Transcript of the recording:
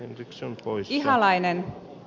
yrityksen pois ihalainen